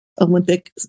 Olympic